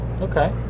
Okay